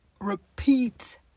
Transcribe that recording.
repeat